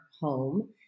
home